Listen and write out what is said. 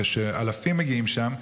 שאלפים מגיעים לשם,